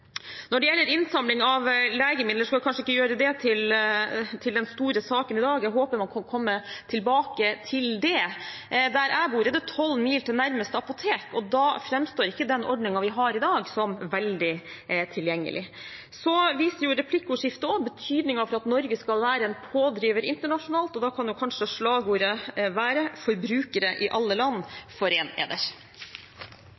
Når det gjelder innsamling av legemidler, skal jeg kanskje ikke gjøre det til den store saken i dag, jeg håper vi får komme tilbake til det. Der jeg bor, er det 12 mil til nærmeste apotek, og da framstår ikke den ordningen vi har i dag, som veldig tilgjengelig. Replikkordskiftet viser også betydningen av at Norge skal være en pådriver internasjonalt, og da kan kanskje slagordet være: Forbrukere i alle land, foren eder! Dette er